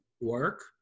work